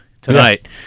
tonight